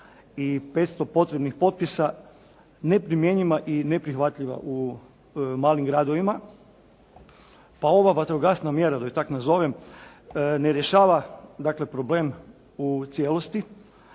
i 500 potrebnih potpisa neprimjenjiva i neprihvatljiva u malim gradovima pa ova vatrogasna mjera da ju tak nazovem, ne rješava dakle problem u cijelosti